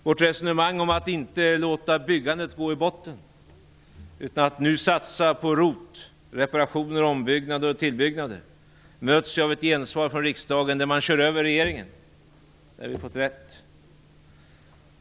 Vårt resonemang om att inte låta byggandet gå i botten utan att nu satsa på ROT, reparationer, ombyggnad och tillbyggnad, möts av ett gensvar från riksdagen som innebär att regeringen körs över. Där har vi fått rätt.